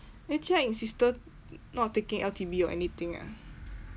then jia ying sister not taking L_T_B or anything ah